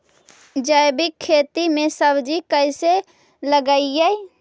जैविक खेती में सब्जी कैसे उगइअई?